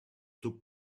took